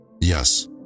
Yes